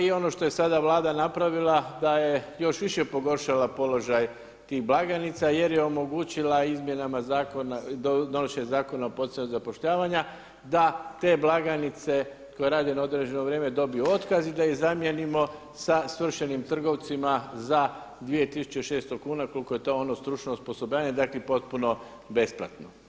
I ono što je sada Vlada napravila da je još više pogoršala položaj tih blagajnica jer je omogućila izmjenama zakona, donošenje Zakona o poticanju zapošljavanja da te blagajnice koje rade na određeno vrijeme dobiju otkaz i da ih zamijenimo sa svršenim trgovcima za 2600 kuna koliko je to ono stručno osposobljavanje, dakle potpuno besplatno.